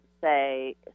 say